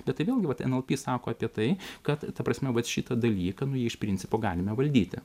bet tai vėlgi vat nlp sakot apie tai kad ta prasme vat šitą dalyką nu jį iš principo galime valdyti